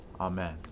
Amen